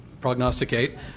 prognosticate